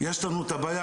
יש לנו בעיית הגעה.